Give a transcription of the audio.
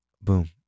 Boom